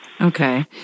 Okay